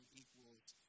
equals